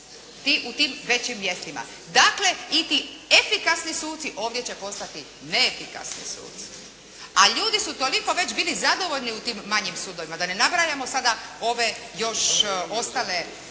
u tim većim mjestima. Dakle i ti efikasni suci ovdje će postati neefikasni suci. A ljudi su toliko već bili zadovoljni u tim manjim sudovima, da ne nabrajamo sada ove još ostale